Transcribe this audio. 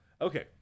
Okay